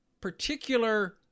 particular